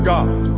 God